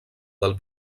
del